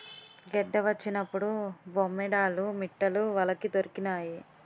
గెడ్డ వచ్చినప్పుడు బొమ్మేడాలు మిట్టలు వలకి దొరికినాయి